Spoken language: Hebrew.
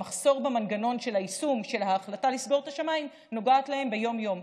המחסור במנגנון של היישום של ההחלטה לסגור את השמיים נוגע להם ביום-יום,